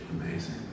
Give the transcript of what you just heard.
Amazing